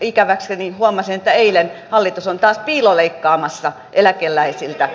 ikäväkseni huomasin että eilen hallitus oli taas piiloleikkaamassa eläkeläisiltä